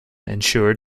ensured